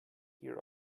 hear